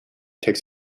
takes